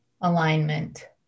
alignment